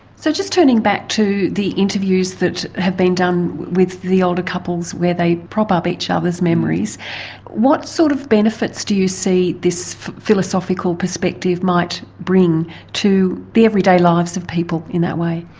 so just turning back to the interviews that have been done with the older couples where they prop up each other's memories what sort of benefits do you see this philosophical perspective might bring to the everyday lives of people in that way?